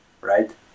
right